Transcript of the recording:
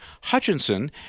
Hutchinson